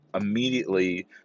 immediately